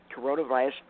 coronavirus